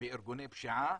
בארגוני פשיעה,